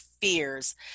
fears